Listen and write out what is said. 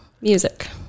music